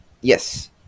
Yes